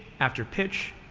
after pitch,